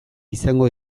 izango